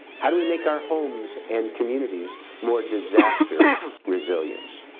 how do we make our homes and communities more disaster resilient.